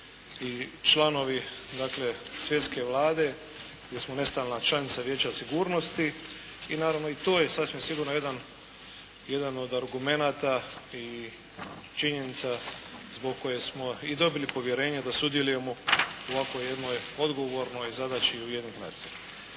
i članovi Svjetske Vlade, gdje smo nestalna članica Vijeća sigurnosti. I naravno i to je sasvim sigurno jedan od argumenata i činjenica zbog koje smo i dobili povjerenje da sudjelujemo u ovako jednoj odgovornoj zadaći Ujedinjenih nacija.